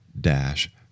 dash